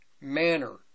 manner